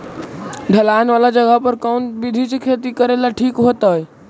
ढलान वाला जगह पर कौन विधी से खेती करेला ठिक होतइ?